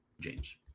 James